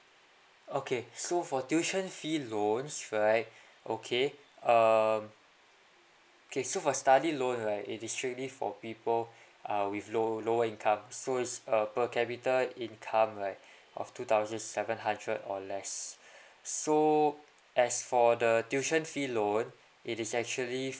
okay so for tuition fee loans right okay um okay so for study loan right it is strictly for people uh with low~ lower income so it's a per capita income right of two thousand seven hundred or less so as for the tuition fee loan it is actually